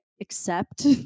accept